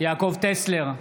יעקב טסלר,